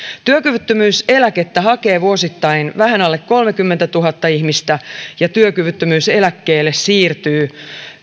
työkyvyttömyyseläkettä hakee vuosittain vähän alle kolmekymmentätuhatta ihmistä ja työkyvyttömyyseläkkeelle siirtyy